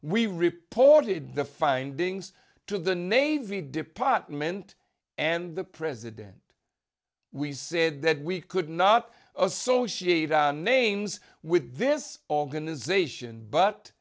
we reported the findings to the navy department and the president we said that we could not associate names with this organization but